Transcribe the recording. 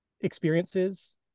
experiences